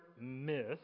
myth